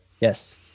Yes